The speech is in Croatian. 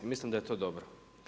Mislim da je to dobro.